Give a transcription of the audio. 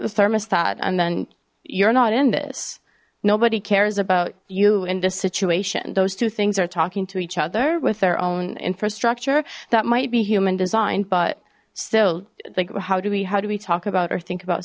thermostat and then you're not in this nobody cares about you in this situation those two things are talking to each other with their own infrastructure that might be human designed but still like how do we how do we talk about or think about